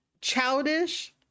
childish